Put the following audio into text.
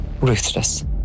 ruthless